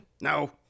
No